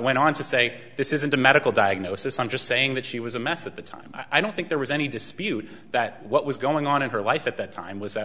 went on to say this isn't a medical diagnosis i'm just saying that she was a mess at the time i don't think there was any dispute that what was going on in her life at that time was that